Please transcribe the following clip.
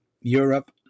Europe